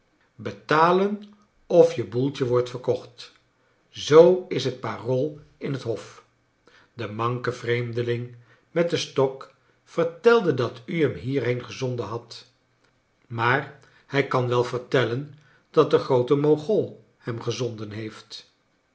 betalen of je boeltje wordt verkocht zoo is het parool in het hof de manke vreemdeling met den stok vertelde dat u hem hierheen gezonden hadt maar hij kan wel vertellen dat de groote mogol hem gezonden heeft